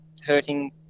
hurting